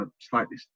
slightly